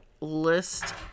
list